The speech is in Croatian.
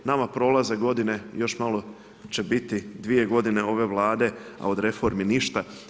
Nama prolaze godine, još malo će biti dvije godine ove Vlade, a od reformi ništa.